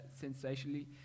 sensationally